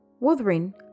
Wuthering